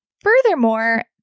Furthermore